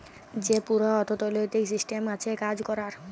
যে পুরা অথ্থলৈতিক সিসট্যাম আছে কাজ ক্যরার